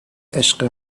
عشق